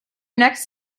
next